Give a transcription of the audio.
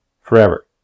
forever